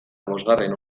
bosgarren